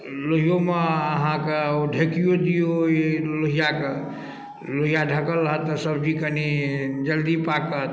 लोहिओमे अहाँकेँ ढकियो दियौ ओहि लोहिआ कऽ लोहिआ ढकलासँ सब्जी कनि जल्दी पाकत